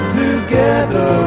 together